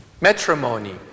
Matrimony